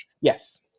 Yes